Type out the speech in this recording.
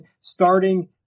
starting